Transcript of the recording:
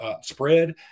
spread